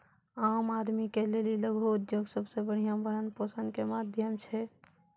आम आदमी के लेली लघु उद्योग सबसे बढ़िया भरण पोषण के माध्यम छै